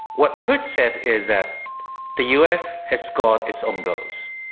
what kurt said is that the u. s. has scored its own goals,